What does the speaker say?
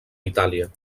itàlia